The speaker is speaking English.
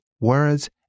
words